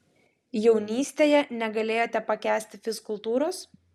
jaunystėje negalėjote pakęsti fizkultūros